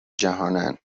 جهانند